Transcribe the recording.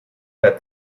that